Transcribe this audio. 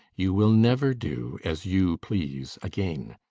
you will never do as you please again.